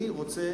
אני רוצה